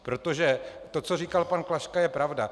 Protože to, co říkal pan Klaška, je pravda.